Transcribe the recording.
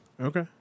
okay